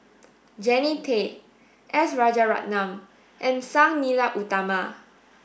Jannie Tay S Rajaratnam and Sang Nila Utama